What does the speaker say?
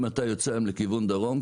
אם אתה יוצא היום לכיוון דרום,